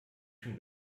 schon